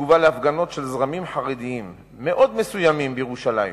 בתגובה על הפגנות של זרמים חרדיים מאוד מסוימים בירושלים,